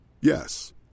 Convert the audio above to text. Yes